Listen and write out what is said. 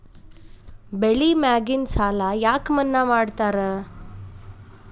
ಬೆಳಿ ಮ್ಯಾಗಿನ ಸಾಲ ಯಾಕ ಮನ್ನಾ ಮಾಡ್ತಾರ?